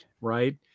Right